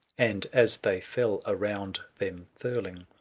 and, as they fell around them furling,